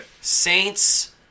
Saints